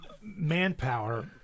Manpower